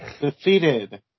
defeated